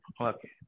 Okay